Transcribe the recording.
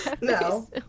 No